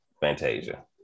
Fantasia